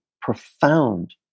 profound